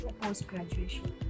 post-graduation